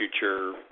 future